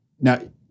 Now